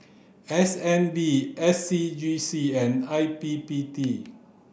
S N B S C G C and I P P T